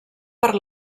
per